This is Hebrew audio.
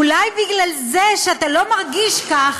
אולי בגלל זה שאתה לא מרגיש כך,